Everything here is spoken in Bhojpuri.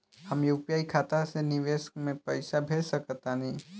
हम यू.पी.आई खाता से विदेश म पइसा भेज सक तानि?